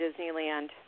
Disneyland